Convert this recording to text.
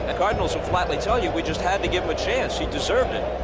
ah cardinals will flatly tell you, we just had to give him a chance. he deserved it.